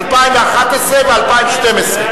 2011 ו-2012.